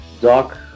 Doc